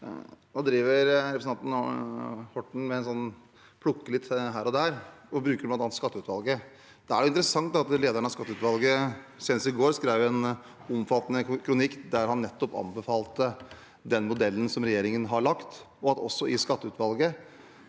Nå driver representanten Orten og plukker litt her og der, og bruker bl.a. skatteutvalget. Det er interessant at lederen av skatteutvalget senest i går skrev en omfattende kronikk der han nettopp anbefalte den modellen som regjeringen har laget, og at også i skatteutvalget,